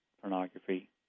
pornography